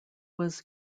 was